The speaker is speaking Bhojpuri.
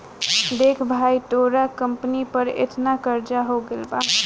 देख भाई तोरा कंपनी पर एतना कर्जा हो गइल बा